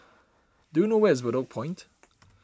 do you know where is Bedok Point